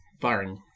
firing